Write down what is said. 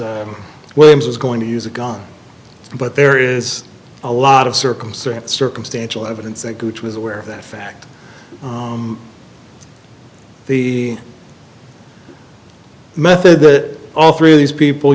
williams was going to use a gun but there is a lot of circumstance circumstantial evidence that gooch was aware of that fact the method that all three of these people